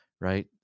right